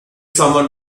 someone